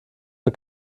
für